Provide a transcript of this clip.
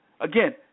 Again